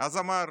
אז אמר,